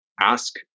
ask